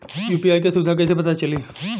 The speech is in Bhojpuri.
यू.पी.आई क सुविधा कैसे पता चली?